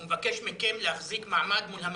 הוא מבקש מכם להחזיק מעמד מול המגיפה,